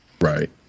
Right